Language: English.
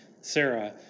Sarah